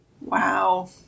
Wow